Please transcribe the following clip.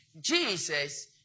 Jesus